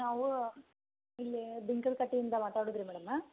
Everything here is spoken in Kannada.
ನಾವು ಇಲ್ಲಿ ಬಿಂಕದಕಟ್ಟೆ ಇಂದ ಮಾತಾಡೋದು ರೀ ಮೇಡಮ್